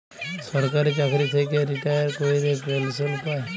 সরকারি চাকরি থ্যাইকে রিটায়ার ক্যইরে পেলসল পায়